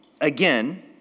again